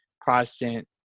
Protestant